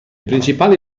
principali